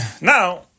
Now